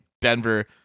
Denver